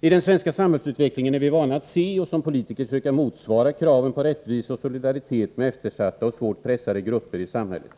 I den svenska samhällsutvecklingen är vi vana att se och som politiker söka motsvara kraven på rättvisa och solidaritet med eftersatta och svårt pressade grupper i samhället.